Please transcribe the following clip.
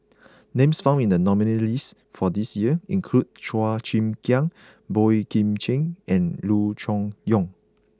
names found in the nominees' list for this year include Chua Chim Kang Boey Kim Cheng and Loo Choon Yong